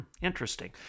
interesting